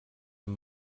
amb